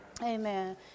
Amen